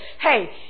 hey